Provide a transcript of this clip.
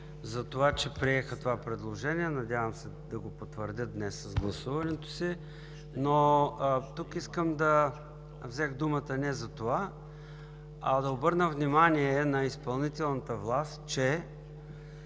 мнозинство, че приеха това предложение. Надявам се да го потвърдят днес с гласуването си. Взех думата не за това, а да обърна внимание на изпълнителната власт, че